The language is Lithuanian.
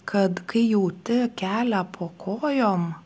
kad kai jauti kelią po kojom